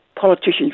politicians